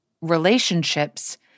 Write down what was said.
relationships